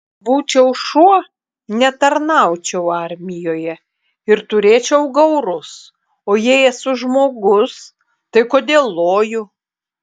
būčiau šuo netarnaučiau armijoje ir turėčiau gaurus o jei esu žmogus tai kodėl loju